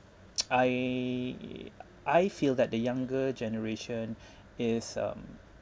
I I feel that the younger generation is um